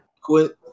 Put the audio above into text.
quit